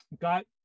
got